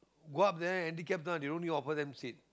go up there handicap ah they don't even offer them seat